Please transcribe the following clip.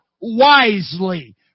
wisely